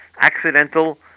accidental